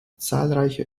zahlreiche